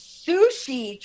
sushi